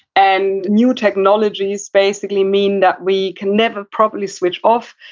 and, new technologies basically mean that we can never properly switch off,